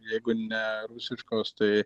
jeigu ne rusiškos tai